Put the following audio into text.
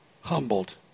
Humbled